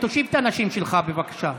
תושיב את הנשים שלך, בבקשה.